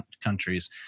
countries